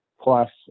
plus